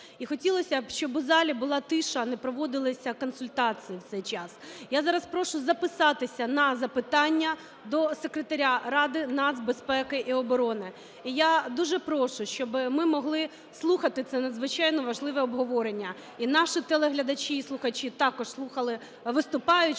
І хотілося б, щоб у залі була тиша, а не проводилися консультації в цей час. Я зараз прошу записатися на запитання до Секретаря Ради нацбезпеки і оборони. І я дуже прошу, щоб ми могли слухати це надзвичайно важливе обговорення і наші телеглядачі і слухачі також слухали виступаючого,